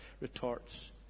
retorts